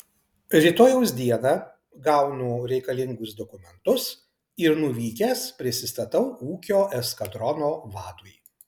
rytojaus dieną gaunu reikalingus dokumentus ir nuvykęs prisistatau ūkio eskadrono vadui